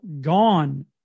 gone